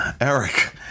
Eric